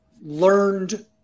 learned